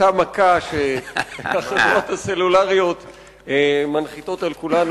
אותה מכה שהחברות הסלולריות מנחיתות על כולנו.